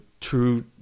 true